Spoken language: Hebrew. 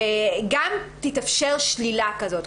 גם תתאפשר שלילה כזאת.